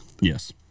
yes